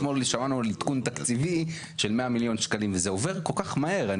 אתמול שמענו על עדכון תקציבי של 100 מיליון שקלים וזה עובר כל כך מהר.